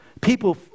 People